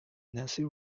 nancy